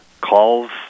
calls